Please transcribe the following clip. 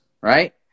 right